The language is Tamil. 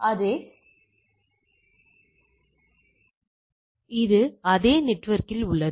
இது அதே நெட்வொர்க்கில் உள்ளது